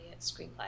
screenplay